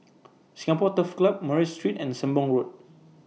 Singapore Turf Club Murray Street and Sembong Road